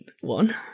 one